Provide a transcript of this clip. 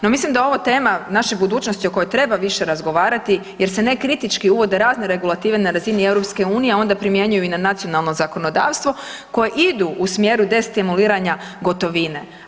No, mislim da je ovo tema naše budućnosti o kojoj treba više razgovarati jer se nekritički uvode razne regulative na razini EU, a onda primjenjuju i na nacionalno zakonodavstvo koje idu u smjeru destimuliranja gotovine.